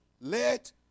Let